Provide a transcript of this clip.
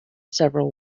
several